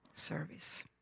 service